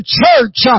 church